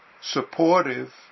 supportive